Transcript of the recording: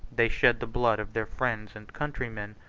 they shed the blood of their friends and countrymen,